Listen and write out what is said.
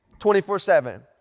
24-7